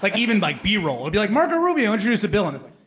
like even like b roll, it'd be like, marco rubio introduce a bill and it's